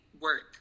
work